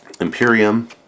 Imperium